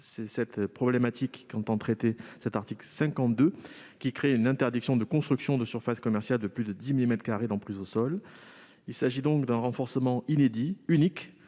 C'est cette problématique qu'entend traiter l'article 52, qui prévoit l'interdiction de construire des surfaces commerciales de plus de 10 000 mètres carrés d'emprise au sol. Il s'agit d'un renforcement inédit, unique